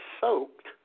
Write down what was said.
soaked